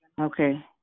Okay